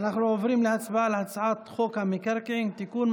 אנחנו עוברים להצבעה על הצעת חוק המקרקעין (תיקון,